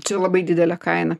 čia labai didelė kaina